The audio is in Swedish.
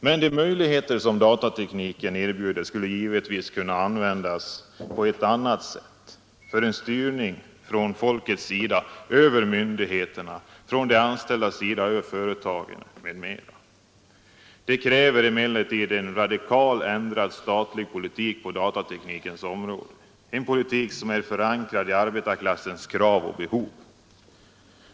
Men de möjligheter som datatekniken erbjuder skulle givetvis kunna användas på ett annat sätt — för en styrning från folkets sida över myndigheterna, från de anställdas sida över företagen etc. Detta kräver emellertid en radikalt ändrad statlig politik på datateknikens område, en politik som är förankrad i arbetarklassens krav och behov.